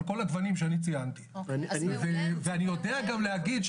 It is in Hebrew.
על כל הגוונים שאני ציינתי ואני יודע גם להגיד,